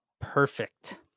Perfect